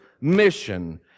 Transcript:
mission